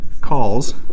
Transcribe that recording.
calls